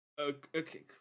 Okay